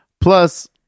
Plus